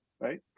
Right